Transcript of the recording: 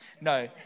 No